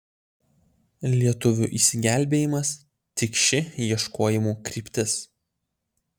lietuvių išsigelbėjimas tik ši ieškojimų kryptis